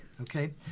okay